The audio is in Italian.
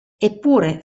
eppure